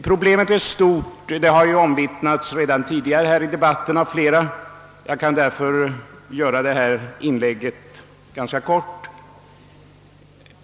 Problemet är stort; det har redan omvittnats av flera talare tidigare i de batten, och jag kan fördenskull göra mitt inlägg ganska kort.